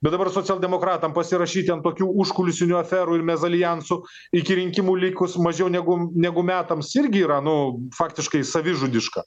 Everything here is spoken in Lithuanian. bet dabar socialdemokratam pasirašyti ant tokių užkulisinių aferų ir mezaliansų iki rinkimų likus mažiau negu negu metams irgi yra nu faktiškai savižudiška